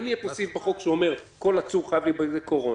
אם יהיה סעיף בחוק שאומר שכל עצור חייב להיבדק לקורונה,